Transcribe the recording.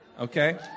okay